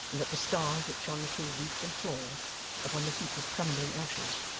and at the stars that shone through roof and floor upon the heap of crumbling ashes.